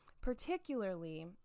Particularly